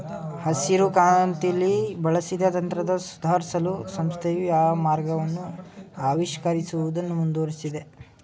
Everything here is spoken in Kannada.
ಹಸಿರುಕ್ರಾಂತಿಲಿ ಬಳಸಿದ ತಂತ್ರನ ಸುಧಾರ್ಸಲು ಸಂಸ್ಥೆಯು ಮಾರ್ಗವನ್ನ ಆವಿಷ್ಕರಿಸುವುದನ್ನು ಮುಂದುವರ್ಸಿದೆ